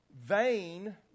vain